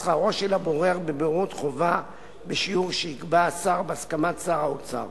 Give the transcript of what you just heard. שכרו של הבורר בבוררות חובה בשיעור שיקבע השר בהסכמת שר האוצר.